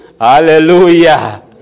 Hallelujah